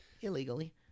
Illegally